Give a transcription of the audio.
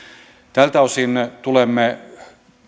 tältä osin tulemme